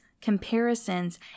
comparisons